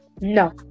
No